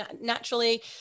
naturally